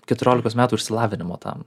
keturiolikos metų išsilavinimo tam